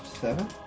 Seven